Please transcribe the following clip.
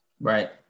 right